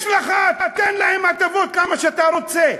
יש לך, תן להם הטבות כמה שאתה רוצה.